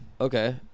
Okay